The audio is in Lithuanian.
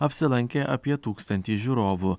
apsilankė apie tūkstantį žiūrovų